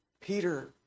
Peter